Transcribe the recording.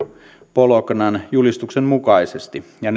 bolognan julistuksen mukaisesti ja